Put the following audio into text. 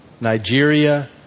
Nigeria